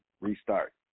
restart